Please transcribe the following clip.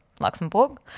Luxembourg